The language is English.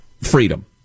freedom